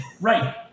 Right